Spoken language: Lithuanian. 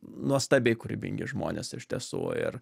nuostabiai kūrybingi žmonės iš tiesų ir